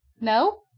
No